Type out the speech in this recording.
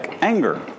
anger